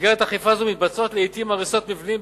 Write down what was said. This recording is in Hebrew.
במסגרת אכיפה זו מתבצעות לעתים הריסות מבנים,